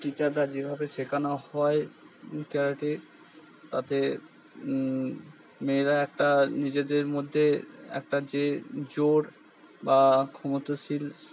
টিচাররা যেভাবে শেখানো হয় ক্যারাটে তাতে মেয়েরা একটা নিজেদের মধ্যে একটা যে জোর বা ক্ষমতাশীল